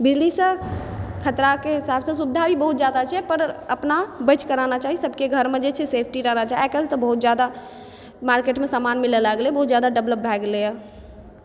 बिजली सँ खतरा के हिसाबसँ सुविधा भी बहुत जादा छै पर अपना बचि कऽ रहना चाही सबके घर मे जे छै से सेफ्टी रहना चाही आइकाल्हि तऽ बहुत जादा मार्केटमे सामान मिलै लागलै बहुत डेवलप भए गेलैए